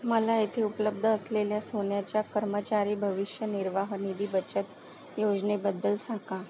मला येथे उपलब्ध असलेल्या सोन्याच्या कर्मचारी भविष्य निर्वाह निधी बचत योजनेबद्दल सांगा